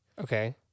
Okay